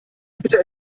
bitte